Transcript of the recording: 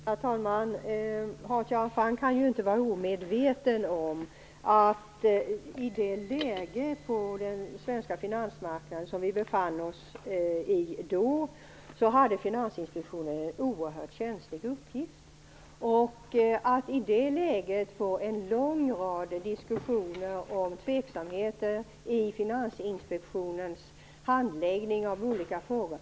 Herr talman! Hans Göran Franck kan inte vara omedveten om att Finansinspektionen hade en oerhört känslig uppgift i det läge som vi då befann oss i på den svenska finansmarknaden. I det läget blev det en lång rad diskussioner om tveksamheter i Finansinspektionens handläggning av olika frågor.